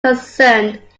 concerned